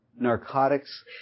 Narcotics